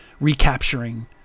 recapturing